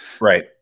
Right